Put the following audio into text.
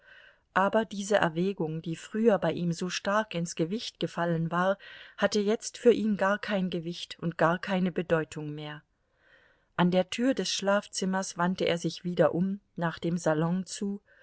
aber diese erwägung die früher bei ihm so stark ins gewicht gefallen war hatte jetzt für ihn gar kein gewicht und gar keine bedeutung mehr an der tür des schlafzimmers wandte er sich wieder um nach dem salon zu